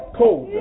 cold